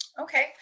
Okay